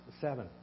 seven